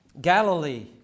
Galilee